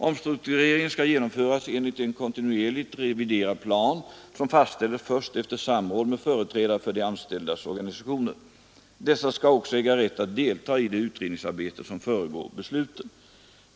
Omstruktureringen skall genomföras enligt en kontinuerligt reviderad plan som fastställes först efter samråd med företrädare för de anställdas organisationer. Dessa skall också äga rätt att delta i det utredningsarbete som föregår besluten.